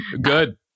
Good